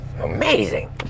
amazing